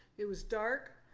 it was dark.